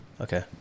Okay